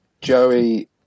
Joey